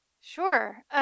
Sure